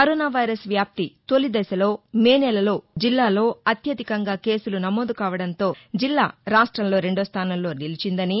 corona virus వ్యాప్తి తొలి దశలో మే నెలలో జిల్లాలో అత్యధికంగా కేసులు నమోదు కావడంతో జిల్లా రాష్ట్రంలో రెండో స్థానంలో నిలిచిందని